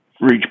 reach